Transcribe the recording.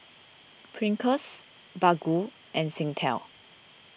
Pringles Baggu and Singtel